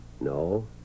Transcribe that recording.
No